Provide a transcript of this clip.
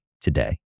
today